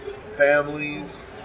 families